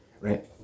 right